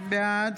בעד